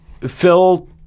Phil